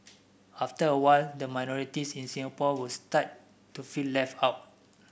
after a while the minorities in Singapore would start to feel left out